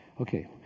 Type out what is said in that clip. Okay